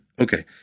okay